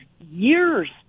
years